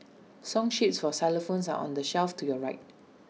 song sheets for xylophones are on the shelf to your right